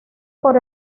por